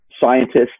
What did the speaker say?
scientists